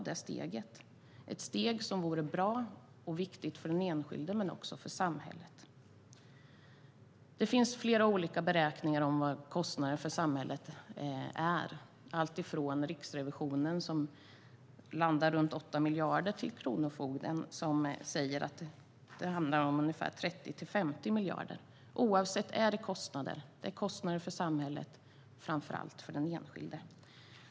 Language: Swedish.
Det är ett steg som vore bra och viktigt för den enskilde men också för samhället. Det finns flera olika beräkningar av vad kostnaden för samhället är, alltifrån Riksrevisionens beräkning som landar runt 8 miljarder till kronofogden som säger att det handlar om 30-50 miljarder. Oavsett vilket är det kostnader, inte bara för samhället utan framför allt för den enskilde.